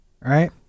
right